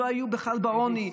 לא היו בכלל בעוני,